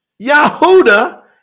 Yahuda